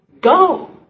go